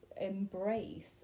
embrace